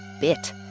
bit